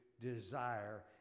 desire